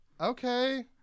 Okay